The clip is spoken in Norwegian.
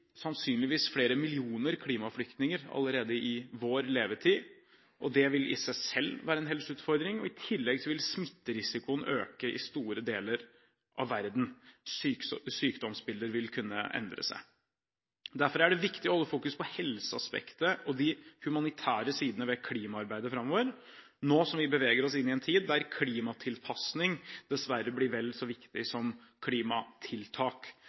flere millioner klimaflyktninger allerede i vår levetid, og det vil i seg selv være en helseutfordring. I tillegg vil smitterisikoen øke i store deler av verden, og sykdomsbildet vil kunne endre seg. Derfor er det viktig å holde fokus på helseaspektet og de humanitære sidene ved klimaarbeidet framover nå som vi beveger oss inn i en tid der klimatilpasning dessverre blir vel så viktig som klimatiltak